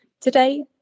Today